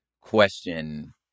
question